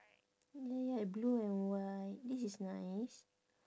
ya ya blue and white this is nice